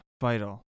vital